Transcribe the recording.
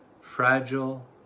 fragile